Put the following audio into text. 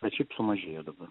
bet šiaip sumažėjo dabar